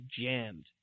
jammed